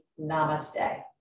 Namaste